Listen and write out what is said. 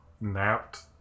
napped